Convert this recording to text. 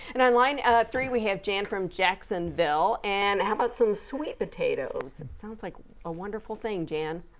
and and line three, we have jan from jacksonville. and how about some sweet potatoes. sounds like a wonderful thing, jan.